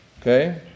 Okay